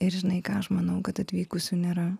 ir žinai ką aš manau kad atvykusių nėra